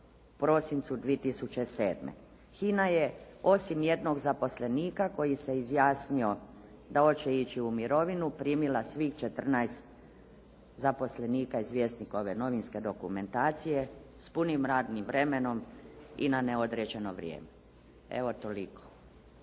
prosincu 2007. HINA je osim jednog zaposlenika koji se izjasnio da hoće ići u mirovinu primila svih 14 zaposlenika iz Vjesnikove novinske dokumentacije s punim radnim vremenom i na neodređeno vrijeme. Evo, toliko.